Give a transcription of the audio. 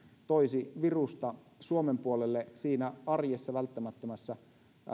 toisi virusta suomen puolelle siinä arjessa välttämättömässä